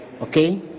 Okay